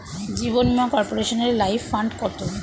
জীবন বীমা কর্পোরেশনের life fund কত?